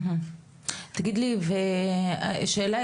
תגיד לי שאלה,